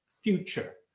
future